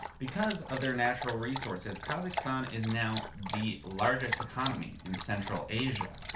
because of their natural resources, kazakhstan is now the largest economy, in central asia.